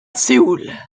séoul